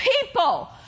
people